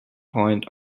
point